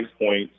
points